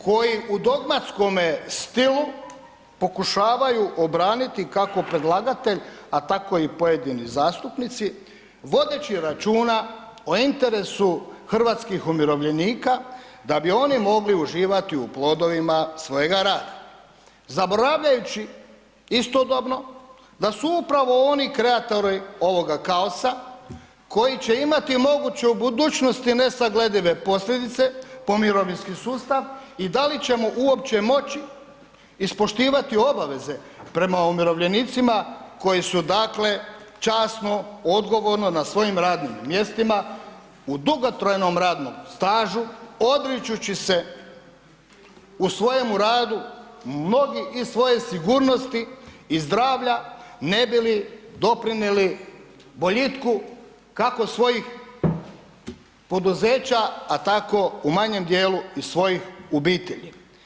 koji u dogmatskome stilu pokušavaju obraniti kako predlagatelj, a tako i pojedini zastupnici vodeći računa o interesu hrvatskih umirovljenika da bi oni mogli uživati u plodovima svojega rada zaboravljajući istodobno da su upravo oni kreatori ovoga kaosa koji će imati moguće u budućnosti nesagledive posljedice po mirovinski sustav i da li ćemo uopće moći ispoštivati obaveze prema umirovljenicima koji su dakle časno, odgovorno, na svojim radnim mjestima u dugotrajnom radnom stažu odričući se u svojemu radu mnogi i svoje sigurnosti i zdravlja ne bi li doprinijeli boljitku kako svojih poduzeća, a tako u manjem dijelu i svojih obitelji.